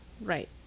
Right